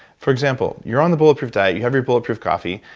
for example you're on the bulletproof diet, you have your bulletproof coffee,